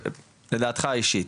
לדעתך האישית,